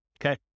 okay